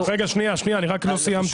רגע שנייה שנייה אני רק לא סיימתי,